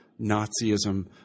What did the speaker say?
Nazism